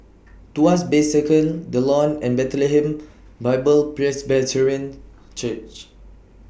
Tuas Bay Circle The Lawn and Bethlehem Bible Presbyterian Church